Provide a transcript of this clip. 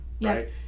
right